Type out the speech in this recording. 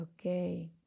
okay